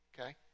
Okay